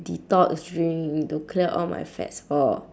detox drink to clear all my fats for